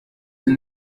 izi